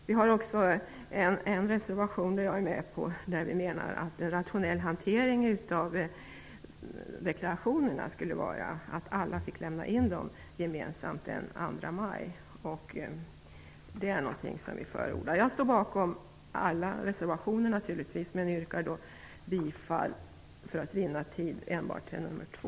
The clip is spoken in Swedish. Vi har också en reservation där vi menar att det skulle ge en rationell hantering av deklarationerna om alla lämnade in dem gemensamt den 2 maj. Det är något vi förordar. Jag står naturligtvis bakom alla reservationer, men för att vinna tid yrkar jag enbart befall till nummer 2.